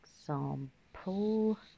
example